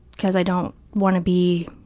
because i don't want to be